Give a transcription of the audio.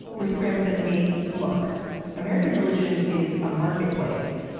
ruth graham said to me look american religion is a marketplace.